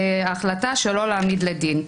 וההחלטה לא להעמיד לדין.